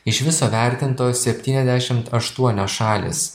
iš viso vertintos septyniasdešimt aštuonios šalys